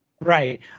Right